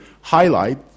highlight